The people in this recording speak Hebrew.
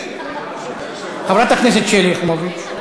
חברת הכנסת שלי יחימוביץ,